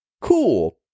cool